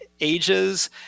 ages